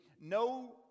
no